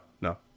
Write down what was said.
no